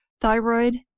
thyroid